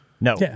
No